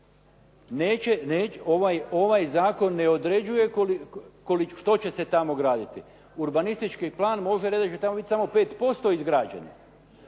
Ovaj zakon ne određuje što će se tamo graditi. Urbanistički plan može reći da će tamo biti samo 5% izgrađeno.